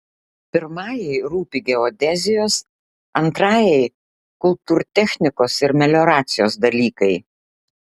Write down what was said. pirmajai rūpi geodezijos antrajai kultūrtechnikos ir melioracijos dalykai